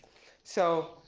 so,